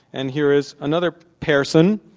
and here is another pairson,